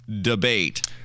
debate